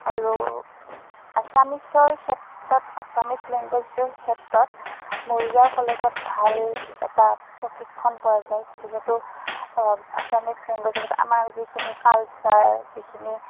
আৰু আচামিজৰ ক্ষেত্ৰত আচামিজ লেংগোৱেজটোৰ ক্ষেত্ৰত মৰিগাঁও কলেজত ভাল এটা প্ৰশিক্ষণ পোৱা যায় যিহেতু আচামিজ লেংগোৱেজৰ ক্ষেত্ৰত আমাৰ যিখিনি কালচাৰ যিখিনি